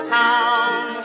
town